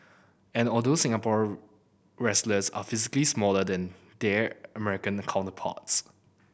and although Singapore wrestlers are physically smaller than their American counterparts